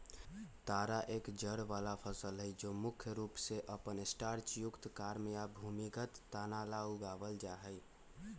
तारा एक जड़ वाला फसल हई जो मुख्य रूप से अपन स्टार्चयुक्त कॉर्म या भूमिगत तना ला उगावल जाहई